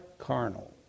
carnal